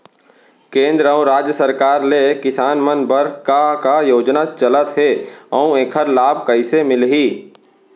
केंद्र अऊ राज्य सरकार ले किसान मन बर का का योजना चलत हे अऊ एखर लाभ कइसे मिलही?